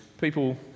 people